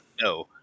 No